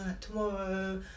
tomorrow